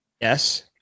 Yes